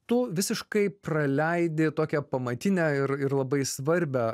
tu visiškai praleidi tokią pamatinę ir ir labai svarbią